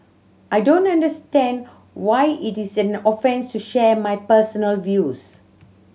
I don't understand why it is an offence to share my personal views